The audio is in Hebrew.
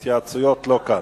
התייעצויות לא כאן.